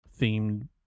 themed